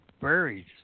buried